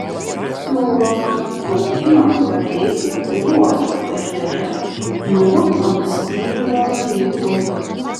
siūloma plaukimą pradėti luodžio ežere nuo ankstyvo ryto